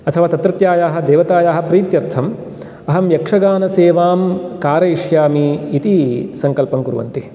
अथवा तत्रत्यायाः देवतायाः प्रीत्यर्थम् अहं यक्षगानसेवां कारयिष्यामि इति सङ्कल्पं कुर्वन्ति